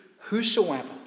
whosoever